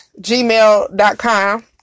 gmail.com